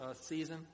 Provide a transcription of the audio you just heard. season